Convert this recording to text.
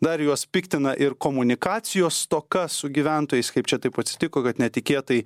dar juos piktina ir komunikacijos stoka su gyventojais kaip čia taip atsitiko kad netikėtai